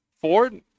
Ford